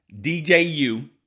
DJU